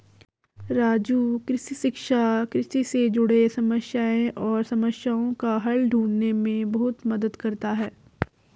राजू कृषि शिक्षा कृषि से जुड़े समस्याएं और समस्याओं का हल ढूंढने में बहुत मदद करता है